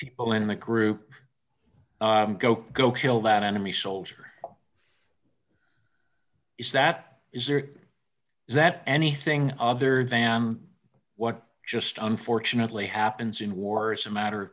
people in the group go go kill that enemy soldier is that is or is that anything other than what just unfortunately happens in war as a matter of